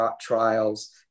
trials